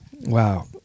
Wow